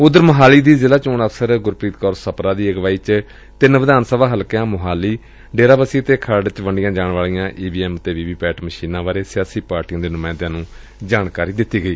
ਉਧਰ ਸੋਹਾਲੀ ਦੀ ਜ਼ਿਲ੍ਹਾ ਚੋਣ ਅਫ਼ਸਰ ਗੁਰਪ੍ੀਤ ਕੌਰ ਸਪਰਾ ਦੀ ਅਗਵਾਈ ਵਿਚ ਤਿੰਨਾਂ ਵਿਧਾਨ ਸਭਾ ਹਲਕਿਆਂ ਸੋਹਾਲੀ ਡੇਰਾਬੱਸੀ ਅਤੇ ਖਰੜ ਚ ਵੰਡੀਆਂ ਜਾਣ ਵਾਲੀਆਂ ਈ ਵੀ ਐਮ ਤੇ ਵੀ ਵੀ ਪੈਟ ਮਸ਼ੀਨਾਂ ਬਾਰੇ ਸਿਆਸੀ ਪਾਰਟੀਆਂ ਦੇ ਨੁਮਾਇੰਦਿਆਂ ਨੁੰ ਜਾਣਕਾਰੀ ਦਿੱਤੀ ਗਈ